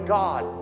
god